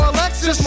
Alexis